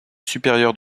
supérieure